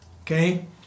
Okay